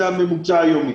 זה הממוצע היומי.